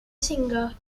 singer